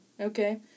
okay